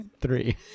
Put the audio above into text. three